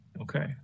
Okay